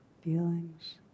feelings